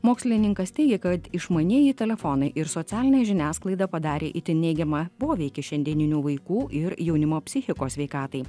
mokslininkas teigia kad išmanieji telefonai ir socialinė žiniasklaida padarė itin neigiamą poveikį šiandieninių vaikų ir jaunimo psichikos sveikatai